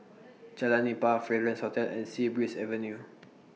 Jalan Nipah Fragrance Hotel and Sea Breeze Avenue